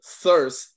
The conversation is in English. thirst